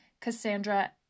Cassandra